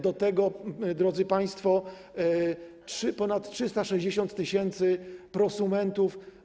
Do tego, drodzy państwo, jest ponad 360 tys. prosumentów.